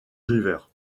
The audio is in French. river